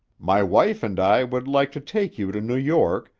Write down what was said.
my wife and i would like to take you to new york,